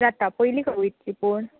जाता पयली खंय वयतलीं पूण